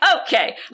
Okay